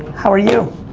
how are you?